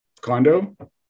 condo